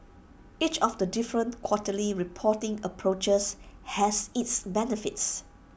each of the different quarterly reporting approaches has its benefits